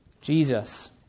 Jesus